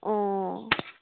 অঁ